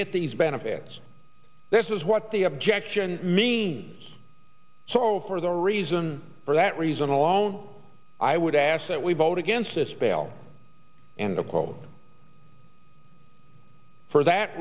get these benefits this is what the objection me so for the reason for that reason alone i would ask that we vote against this bail and a quote for that